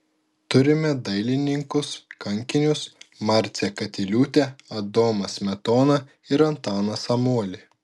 turime dailininkus kankinius marcę katiliūtę adomą smetoną ir antaną samuolį